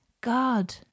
God